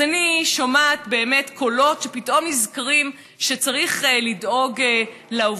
אז אני שומעת באמת קולות שפתאום נזכרים שצריך לדאוג לעובדים.